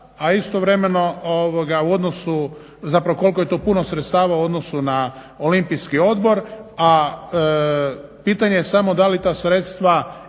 a istovremeno u odnosu, zapravo koliko je to puno sredstava u odnosu na Olimpijski odbora, a pitanje je samo da li ta sredstva